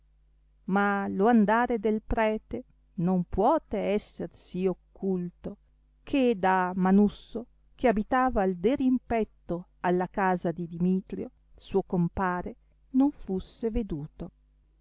ma lo andare del prete non puote esser sì occulto che da manusso che abitava al derimpetto alla casa di dimitrio suo compare non fusse veduto